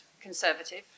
Conservative